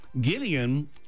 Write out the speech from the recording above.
Gideon